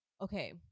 okay